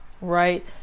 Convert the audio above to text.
right